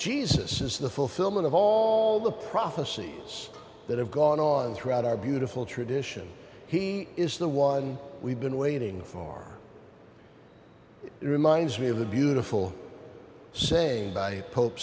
jesus is the fulfillment of all the prophecies that have gone on throughout our beautiful tradition he is the one we've been waiting for our it reminds me of the beautiful saying by po